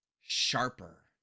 Sharper